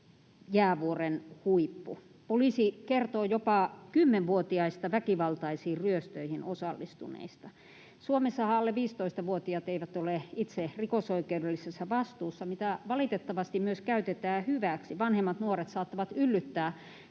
jäävuoren huippu. Poliisi kertoo jopa kymmenvuotiaista väkivaltaisiin ryöstöihin osallistuneista. Suomessahan alle 15-vuotiaat eivät ole itse rikosoikeudellisessa vastuussa, mitä valitettavasti myös käytetään hyväksi. Vanhemmat nuoret saattavat yllyttää alle